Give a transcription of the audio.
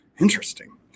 Interesting